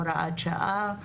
הוראת שעה,